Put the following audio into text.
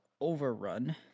Overrun